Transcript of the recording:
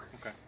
Okay